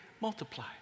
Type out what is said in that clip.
Multiply